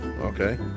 okay